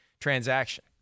transaction